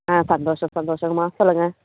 ஆ சந்தோஷம் சந்தோஷங்க அம்மா சொல்லுங்கள்